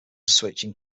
switching